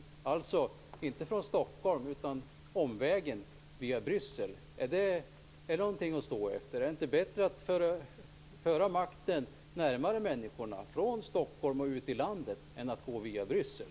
Det sker alltså inte från Stockholm utan omvägen via Bryssel. Är det någonting att stå efter? Är det inte bättre att föra makten närmare människorna, från Stockholm och ut i landet, än att gå via Bryssel?